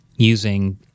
using